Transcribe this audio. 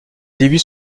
débuts